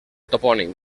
topònim